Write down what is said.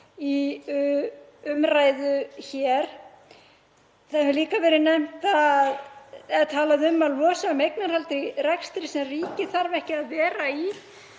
í umræðu hér. Það hefur líka verið talað um að losa um eignarhald í rekstri sem ríkið þarf ekki að vera í.